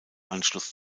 anschluss